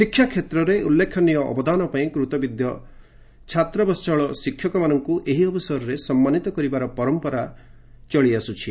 ଶିକ୍ଷାକ୍ଷେତ୍ରରେ ଉଲ୍ଲ୍ରେଖନୀୟ ଅବଦାନ ପାଇଁ କୂତବିଦ୍ୟ ଛାତ୍ରବସଳ ଶିକ୍ଷକମାନଙ୍କୁ ଏହି ଅବସରରେ ସମ୍ମାନିତ କରିବାର ପରମ୍ପରା ଚଳିଆସୁଛି